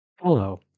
Hello